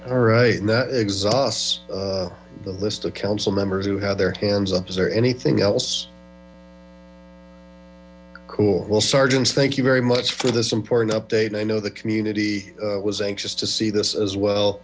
exhausts the list of council members who have their hands up is there anything else cool well sergeants thank you very much for this important update and i know the community was anxious to see this as well